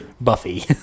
Buffy